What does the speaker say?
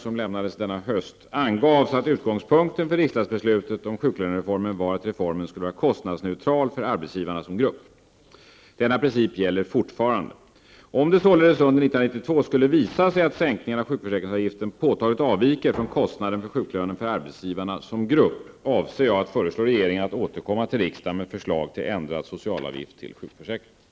Om det således under 1992 skulle visa sig att sänkningen av sjukförsäkringsavgiften påtagligt avviker från kostnaden för sjuklönen för arbetsgivarna som grupp avser jag att föreslå regeringen att återkomma till riksdagen med förslag till ändrad socialavgift till sjukförsäkringen.